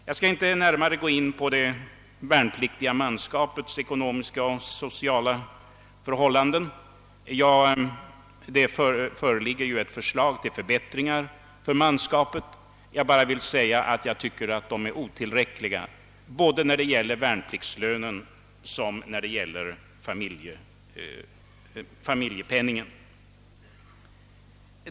Jag skall inte närmare gå in på det värnpliktiga manskapets ekonomiska och sociala förhållanden. Det föreligger ju förslag till förbättringar för manskapet. Jag vill bara säga att de är otillräckliga vad beträffar både värnpliktslön och familjepenning.